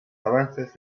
avances